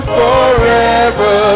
forever